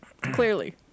Clearly